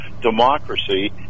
democracy